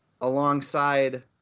alongside